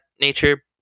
nature